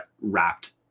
wrapped